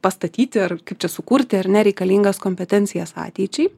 pastatyti ar kaip čia sukurti ar ne reikalingas kompetencijas ateičiai